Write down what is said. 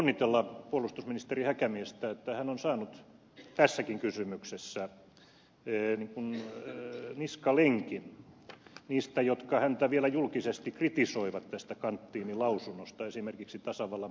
täytyy onnitella puolustusministeri häkämiestä että hän on saanut tässäkin kysymyksessä niskalenkin niistä jotka häntä vielä julkisesti kritisoivat tästä kanttiinilausunnosta esimerkiksi tasavallan presidentistä